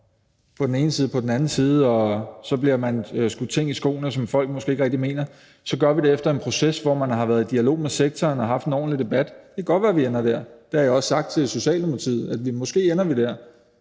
på den ene og på den anden side, og hvor vi bliver skudt ting i skoene, som vi måske ikke rigtig mener; så gør vi det efter en proces, hvor man har været i dialog med sektoren og haft en ordentlig debat. Det kan godt være, at vi ender der, og det har jeg også sagt til Socialdemokratiet: at måske ender vi der.